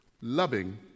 loving